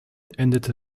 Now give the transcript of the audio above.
endete